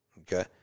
Okay